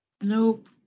Nope